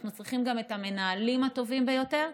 אנחנו צריכים גם את המנהלים הטובים ביותר.